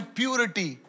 purity